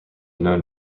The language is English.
known